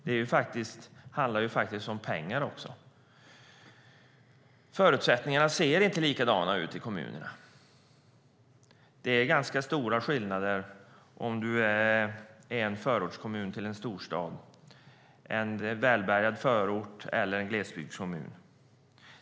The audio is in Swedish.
Det handlar ju om pengar också. Förutsättningarna ser inte likadana ut i kommunerna. Det är ganska stora skillnader mellan en förortskommun till en storstad, en välbärgad förort eller en glesbygdskommun.